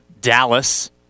Dallas